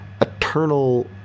eternal